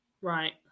Right